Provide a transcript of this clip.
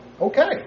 Okay